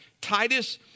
Titus